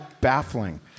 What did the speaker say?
baffling